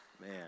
man